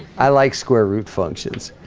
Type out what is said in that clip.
i like square root functions